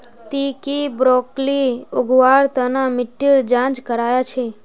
ती की ब्रोकली उगव्वार तन मिट्टीर जांच करया छि?